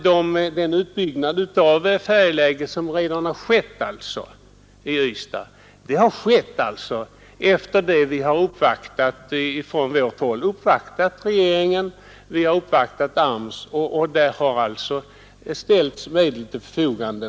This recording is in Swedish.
Den utbyggnad som gjorts av färjeläget i Ystad har skett efter det att vi uppvaktat regeringen och AMS, som ställt medel till förfogande.